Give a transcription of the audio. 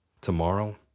tomorrow